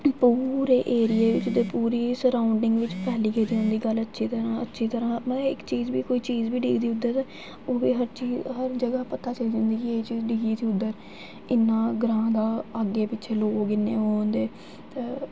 पूरे एरिये च ते पूरे सराउंडिंग बिच फैली गेदी होंदी गल्ल अच्छी तरहां अच्छी तरहां मतलब इक चीज़ बी कोई चीज़ बी उद्धर उ'यै हर चीज़ हर जगह् पता चली जंदी कि एह् चीज़ डिग्गी ही उद्धर इ'न्ना ग्रांऽ दा अग्गें पिच्छें लोग नेह् होंदे ते